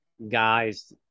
Guys